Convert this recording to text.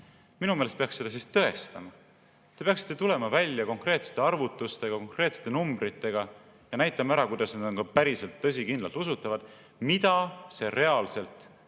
Minu meelest peaks seda siis tõestama. Te peaksite tulema välja konkreetsete arvutustega, konkreetsete numbritega ja näitama ära, et see on ka päriselt, tõsikindlalt usutav, mida see reaalselt